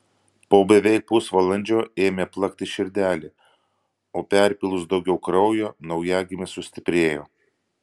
po beveik pusvalandžio ėmė plakti širdelė o perpylus daugiau kraujo naujagimis sustiprėjo